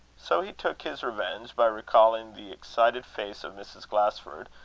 so he took his revenge by recalling the excited face of mrs. glasford,